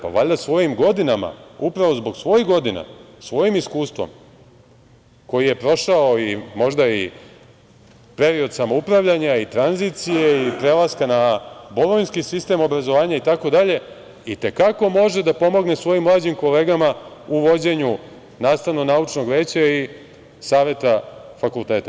Pa, valjda svojim godinama upravo zbog svojih godina, svojim iskustvom, koji je prošao i možda i period samoupravljanja i tranzicije i prelaska na bolonjski sistem obrazovanja itd, i te kako može da pomogne svojim mlađim kolegama u vođenju nastavno-naučnog veća i Saveta fakulteta.